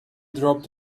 dropped